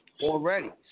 Already